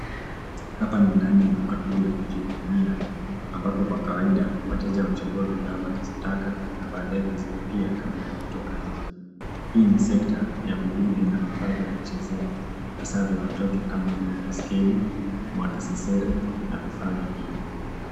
Hapa ni ndani ya duka kuu la kujihudumia ambapo kwa kawaida wateja huchagua bidhaa wanazotaka na baadaye kuzilipia kabla ya kutoka nje. Hii ni sekta ya vidude na vifaa vya kuchezea hasa vya watoto kama vile baiskeli, mwanasesere na vifaa vingine.